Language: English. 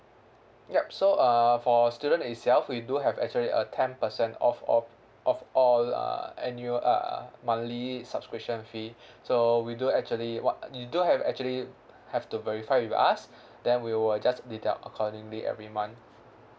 yup so uh for student itself we do have actually a ten percent off all off all uh annual uh monthly subscription fee so we do actually what you do have actually have to verify with us then we will just deduct accordingly every month